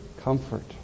comfort